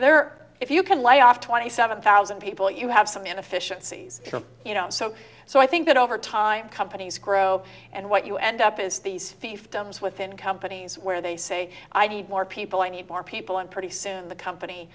there if you can layoff twenty seven thousand people you have some inefficiencies you know so so i think that over time companies grow and what you end up is these fiefdoms within companies where they say i need more people i need more people and pretty soon the company